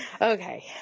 Okay